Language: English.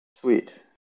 Sweet